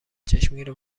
چشمگیر